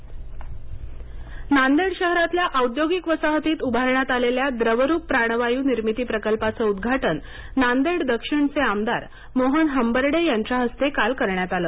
नांदेड प्राणवय नांदेड शहरातल्या औद्योगिक वसाहतीत उभारण्यात आलेल्या द्रवरूप प्राणवायू निर्मिती प्रकल्पाचे उद्घाटन नांदेड दक्षिणचे आमदार मोहन हंबर्डे यांच्या हस्ते काल करण्यात आले